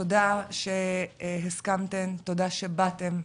תודה שהסכמתן, תודה שבאתן.